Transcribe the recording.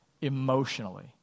emotionally